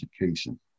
Education